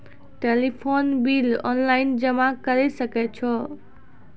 Telephone bill online जमा करै सकै छौ?